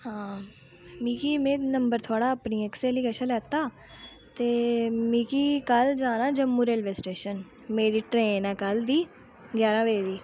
हां मिगी मै नंबर थुआढ़ा अपनी इक स्हेली कशा लैता ते मिगी कल जम्मू जाना स्टेशन मेरी ट्रेन ऐ कल दी ग्याहरा बजे दी